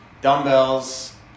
Dumbbells